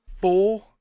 four